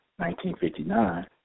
1959